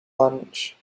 lunch